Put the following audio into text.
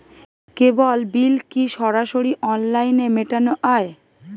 কেবল bill কি সরাসরি অনলাইনে মেটানো য়ায়?